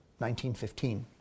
1915